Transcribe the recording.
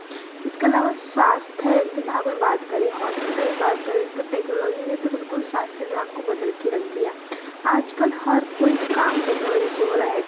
इसके अलावा स्वास्थ्य विभाग में बात करें हॉस्पिटल में बात करें तो टेक्नोलॉजी ने तो बिलकुल स्वास्थ्य विभाग को बदल कर रख दिया आज कल हर कोई काम टेक्नोलॉजी से हो रहा है